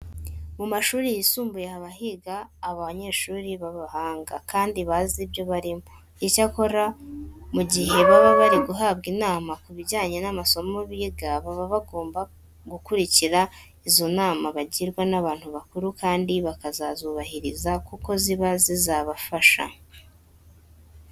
Mu mashuri yisumbuye haba higa abanyeshuri b'abahanga kandi bazi ibyo barimo. Icyakora mu gihe baba bari guhabwa inama ku bijyanye n'amasomo biga, baba bagomba gukurikira izo nama bagirwa n'abantu bakuru kandi bakazazubahiriza kuko ziba zizabafasha.